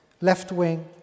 Left-wing